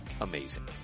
amazing